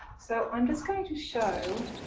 so i'm just going to show,